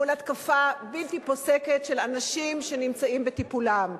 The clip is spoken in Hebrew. מול התקפה בלתי פוסקת של אנשים שנמצאים בטיפולם.